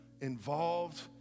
involved